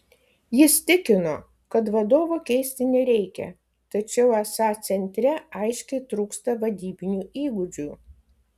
jis tikino kad vadovo keisti nereikia tačiau esą centre aiškiai trūksta vadybinių įgūdžių